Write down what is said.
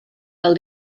del